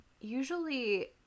usually